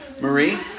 Marie